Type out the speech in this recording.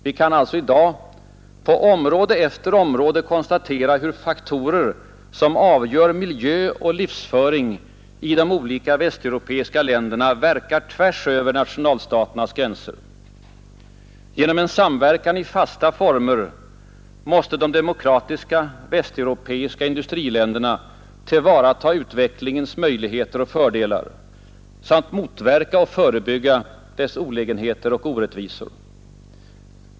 Vi kan alltså i dag på område efter område konstatera hur faktorer som avgör miljö och livsföring i de olika västeuropeiska länderna verkar tvärs över nationalstaternas gränser. Genom en samverkan i fasta former måste de demokratiska västeuropeiska industriländerna tillvarata utvecklingens möjligheter och fördelar samt motverka och förebygga dess olägenheter och orättvisor.